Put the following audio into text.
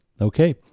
Okay